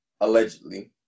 allegedly